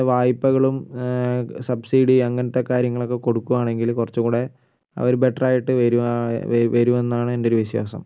വായ്പ്പകളും subsidy അങ്ങനത്തെ കാര്യങ്ങളൊക്കെ കൊടുക്കുവാണെങ്കിൽ കുറച്ച് കൂടെ അവർ ബെറ്റർ ആയിട്ട് വരും വരുമെന്നാണ് എന്റെ ഒരു വിശ്വാസം